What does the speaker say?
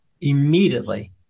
immediately